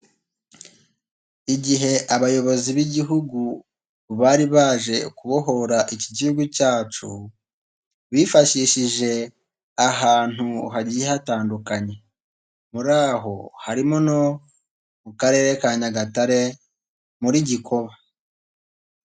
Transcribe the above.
Igihe abayobozi b'igihugu bari baje kubohora iki gihugu cyacu, bifashishije ahantu hagiye hatandukanye, muri aho harimo no mu karere ka Nyagatare muri Gikoba.